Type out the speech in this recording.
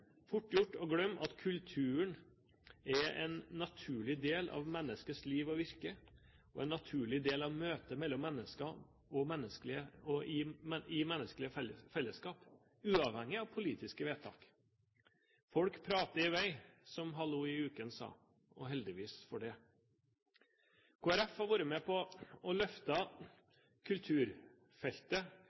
fort gjort å glemme at kulturen er en naturlig del av menneskets liv og virke, og en naturlig del av møte mellom mennesker i menneskelige fellesskap uavhengig av politiske vedtak. Folk prater i vei, som Hallo i uken sa, og heldigvis for det. Kristelig Folkeparti har vært med på å løfte kulturfeltet